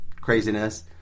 craziness